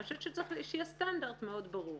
אני חושבת שצריך שיהיה סטנדרט מאוד ברור.